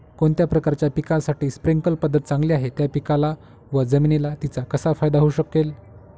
कोणत्या प्रकारच्या पिकासाठी स्प्रिंकल पद्धत चांगली आहे? त्या पिकाला व जमिनीला तिचा कसा फायदा होऊ शकेल?